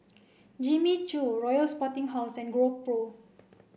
Jimmy Choo Royal Sporting House and GoPro